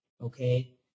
okay